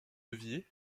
deviez